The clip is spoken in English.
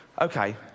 okay